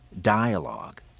dialogue